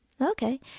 Okay